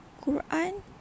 Quran